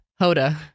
Hoda